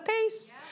peace